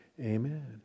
Amen